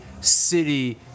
city